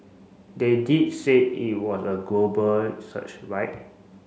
they did say it was a global search right